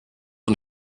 und